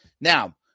Now